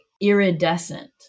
iridescent